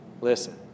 Listen